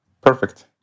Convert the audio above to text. perfect